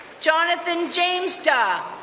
jonathan james da,